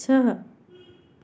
छ